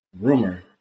rumor